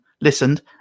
listened